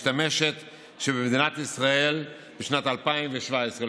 היא משתמשת בכך שבמדינת ישראל בשנת 2017,